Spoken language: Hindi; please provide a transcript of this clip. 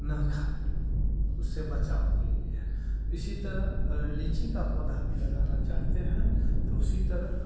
ना खाए उससे बचाव के लिए इसी तरह अगर लीची का पौधा भी लगाना चाहते हैं तो उसी तरह